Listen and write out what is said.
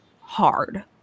hard